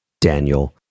Daniel